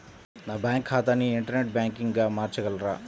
నా బ్యాంక్ ఖాతాని ఇంటర్నెట్ బ్యాంకింగ్గా మార్చగలరా?